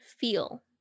feel